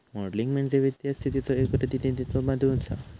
modelling म्हणजे वित्तीय स्थितीचो एक प्रतिनिधित्व बनवुचा